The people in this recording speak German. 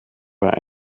war